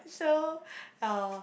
so uh